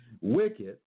Wicked